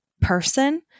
person